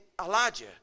Elijah